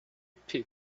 pit